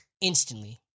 Instantly